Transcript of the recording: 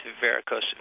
varicose